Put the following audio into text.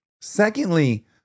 Secondly